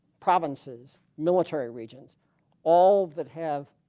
provinces military regions all that have